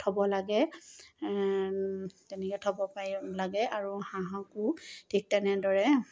থব লাগে তেনেকে থ'ব পাৰি লাগে আৰু হাঁহকো ঠিক তেনেদৰে